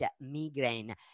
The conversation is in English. migraine